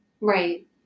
Right